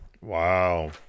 Wow